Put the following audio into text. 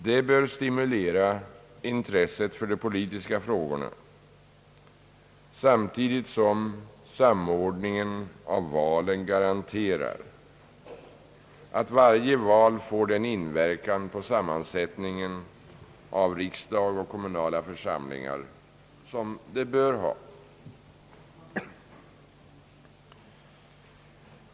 Detta bör stimulera intresset för de politiska frågorna samtidigt som samordningen av valen garanterar att varje val får den inverkan på sammansättningen av riksdagen och kommunala församlingar som det bör ha.